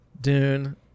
Dune